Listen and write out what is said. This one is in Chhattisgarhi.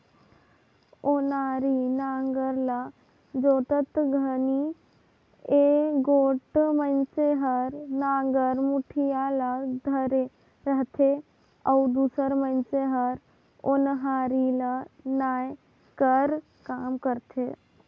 ओनारी नांगर ल जोतत घनी एगोट मइनसे हर नागर मुठिया ल धरे रहथे अउ दूसर मइनसे हर ओन्हारी ल नाए कर काम करथे